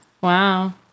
Wow